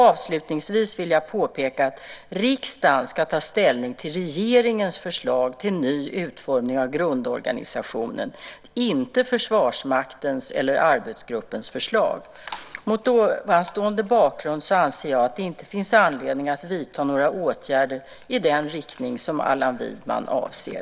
Avslutningsvis vill jag påpeka att riksdagen ska ta ställning till regeringens förslag till ny utformning av grundorganisationen, inte Försvarsmaktens eller arbetsgruppens förslag. Mot ovanstående bakgrund anser jag att det inte finns anledning att vidta några åtgärder i den riktning som Allan Widman avser.